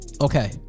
Okay